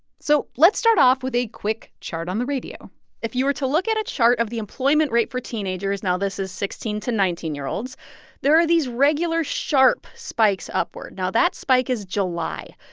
so let's start off today with a quick chart on the radio if you were to look at a chart of the employment rate for teenagers now, this is sixteen to nineteen year olds there are these regular sharp spikes upward. now, that spike is july.